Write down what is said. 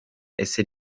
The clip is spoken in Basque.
ezer